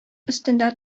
өстендә